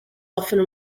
often